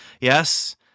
Yes